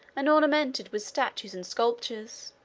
and ornamented with statues and sculptures.